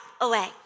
away